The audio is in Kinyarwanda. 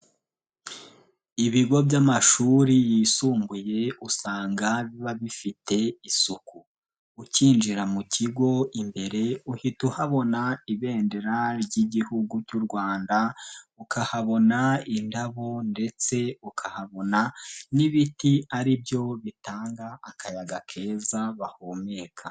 Ibigo by'amashuri yisumbuye usanga biba bifite isuku; ukinjira mu kigo imbere uhita uhabona ibendera ry'igihugu cy'u Rwanda, ukahabona indabo, ndetse ukahabona n'ibiti ari byo bitanga akayaga keza bahumeka.